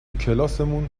کلاسمون